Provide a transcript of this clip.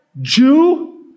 Jew